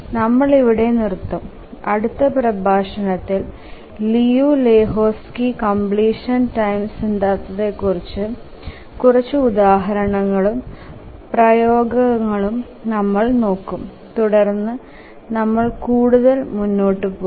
നമ്മൾ ഇവിടെ നിർത്തും അടുത്ത പ്രഭാഷണത്തിൽ ലിയു ലെഹോസ്കി കംപ്ലീഷൻ ടൈം സിദ്ധാന്തത്തെക്കുറിച്ചുള്ള കുറച്ച് ഉദാഹരണങ്ങളും പ്രയോഗഘങ്ലും നമ്മൾ നോക്കും തുടർന്ന് നമ്മൾ കൂടുതൽ മുന്നോട്ട് പോകും